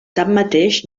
tanmateix